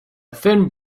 thin